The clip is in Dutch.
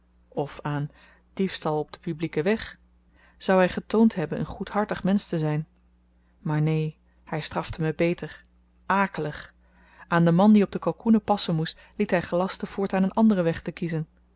of aan diefstal op den publieken weg zou hy getoond hebben een goedhartig mensch te zyn maar neen hy strafte me beter akelig aan den man die op de kalkoenen passen moest liet hy gelasten voortaan een anderen weg te kiezen